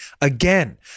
again